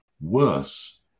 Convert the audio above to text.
Worse